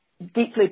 deeply